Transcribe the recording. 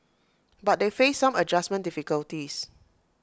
but they faced some adjustment difficulties